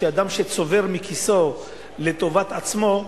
שאדם שצובר מכיסו לטובת עצמו,